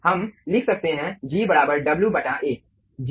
हम लिख सकते हैं G बराबर W बटा A